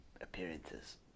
Appearances